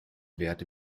werte